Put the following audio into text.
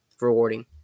rewarding